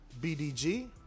BDG